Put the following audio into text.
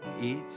Eat